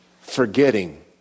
forgetting